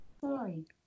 Sorry